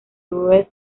the